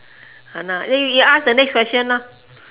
!hanna! then you ask the next question lor